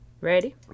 Ready